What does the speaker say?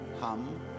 hum